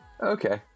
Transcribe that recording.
Okay